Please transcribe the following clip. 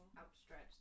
outstretched